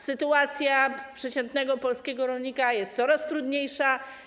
Sytuacja przeciętnego polskiego rolnika jest coraz trudniejsza.